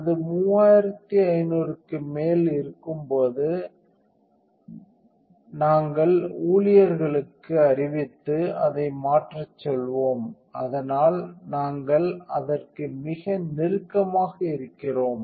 அது 3500 க்கு மேல் இருக்கும்போது நாங்கள் ஊழியர்களுக்கு அறிவித்து அதை மாற்றச் சொல்வோம் அதனால் நாங்கள் அதற்கு மிக நெருக்கமாக இருக்கிறோம்